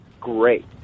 great